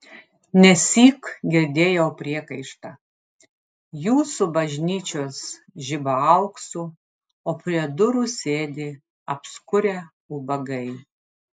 nesyk girdėjau priekaištą jūsų bažnyčios žiba auksu o prie durų sėdi apskurę ubagai